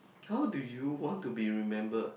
how do you want to be remember